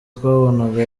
twabonaga